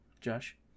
Josh